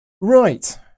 Right